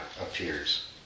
appears